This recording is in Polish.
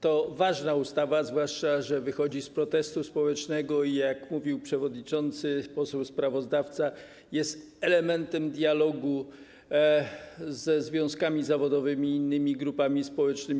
To ważna ustawa, zwłaszcza że wychodzi, wynika z protestu społecznego i, jak mówił przewodniczący, poseł sprawozdawca, jest elementem dialogu ze związkami zawodowymi i innymi grupami społecznymi.